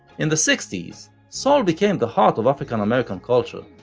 in the sixties, soul became the heart of african-american culture,